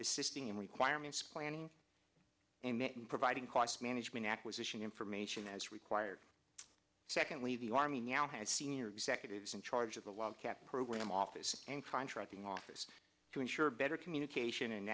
assisting in requirements planning and making providing cost management acquisition information as required secondly the army now has senior executives in charge of the wildcat program office and find writing office to ensure better communication and